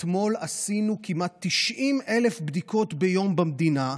אתמול עשינו כמעט 90,000 בדיקות ביום במדינה,